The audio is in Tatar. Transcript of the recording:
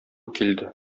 килде